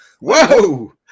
Whoa